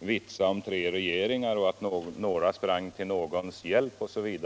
vilsa om tre regeringar, att nägra sprang till någons hjälp osv.